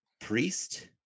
Priest